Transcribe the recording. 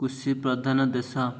କୃଷି ପ୍ରଧାନ ଦେଶ